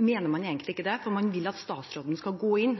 mener man egentlig ikke det, for man vil at statsråden